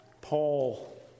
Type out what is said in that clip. Paul